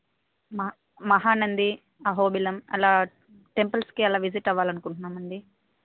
మ మహానంది అహోబిలం అలా టెంపుల్స్కి అలా విజిట్ అవ్వాలి అనునుకుంటున్నాం అండి